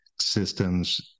systems